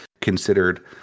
considered